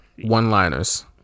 one-liners